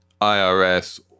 IRS